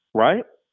right?